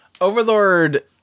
Overlord